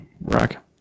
rack